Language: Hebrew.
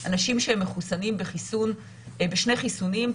אנשים שמחוסנים בשני חיסונים,